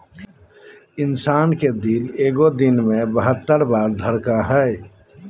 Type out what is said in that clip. इंसान के दिल एगो दिन मे बहत्तर बार धरकय हइ